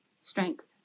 strength